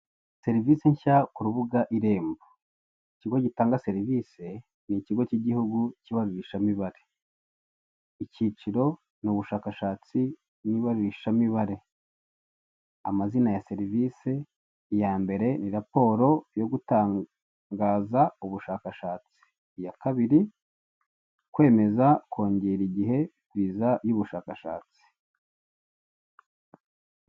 Serivisi nshya ku rubuga irembo, ikigo gitanga serivisi ni ikigo cy'igihugu cy'ibarurishamibare, icyiciro n' ubushakashatsi n' ibarurishamibare ,amazina ya serivisi iya mbere ni raporo yo gutangaza ubushakashatsi, iya kabiri kwemeza kongera igihe viza y'ubushakashatsi.